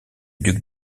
duc